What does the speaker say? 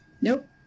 Nope